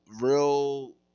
real